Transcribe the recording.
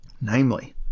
Namely